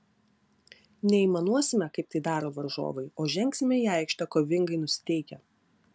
neaimanuosime kaip tai daro varžovai o žengsime į aikštę kovingai nusiteikę